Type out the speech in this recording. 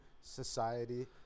society